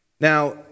Now